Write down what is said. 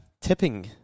tipping